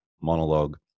monologue